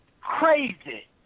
Crazy